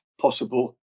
possible